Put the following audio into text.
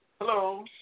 Hello